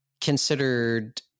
considered